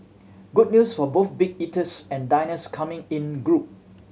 good news for both big eaters and diners coming in group